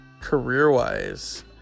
career-wise